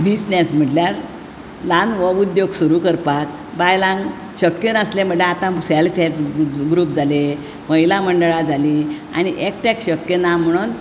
business म्हटल्यार ल्हान हो उद्योग सुरू करपाक बायलांक शक्य नासलें म्हटल्यार आतां सॅल्फ हॅल्प ग्रुप जाले महिला मंडळां जालीं आनी एकट्याक शक्य ना म्हणुन